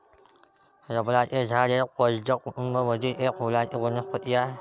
रबराचे झाड हे स्पर्ज कुटूंब मधील एक फुलांची वनस्पती आहे